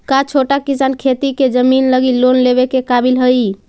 का छोटा किसान खेती के जमीन लगी लोन लेवे के काबिल हई?